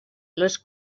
les